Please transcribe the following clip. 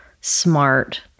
smart